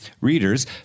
Readers